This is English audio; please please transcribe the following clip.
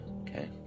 Okay